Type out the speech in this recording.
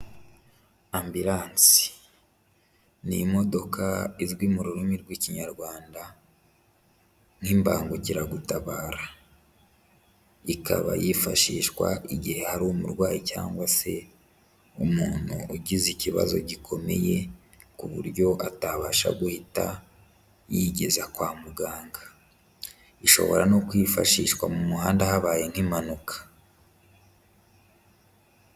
Ambirance ni imodoka izwi mu rurimi rw'Ikinyarwanda nk'ibangukiragutabara, ikaba yifashishwa igihe hari umurwayi cyangwa se umuntu ugize ikibazo gikomeye ku buryo atabasha guhita yigeza kwa muganga, ishobora no kwifashishwa mu muhanda habaye nk'impanuka.